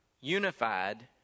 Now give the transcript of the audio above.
unified